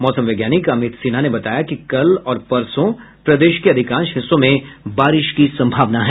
मौसम वैज्ञानिक अमित सिन्हा ने बताया कि कल और परसों प्रदेश के अधिकांश हिस्सों में बारिश की संभावना है